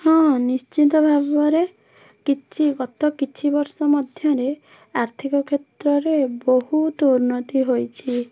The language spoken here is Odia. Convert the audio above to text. ହଁ ନିଶ୍ଚିନ୍ତ ଭାବରେ କିଛି ଗତ କିଛି ବର୍ଷ ମଧ୍ୟରେ ଆର୍ଥିକ କ୍ଷେତ୍ରରେ ବହୁତ ଉନ୍ନତି ହୋଇଛି